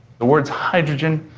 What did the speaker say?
the words hydrogen,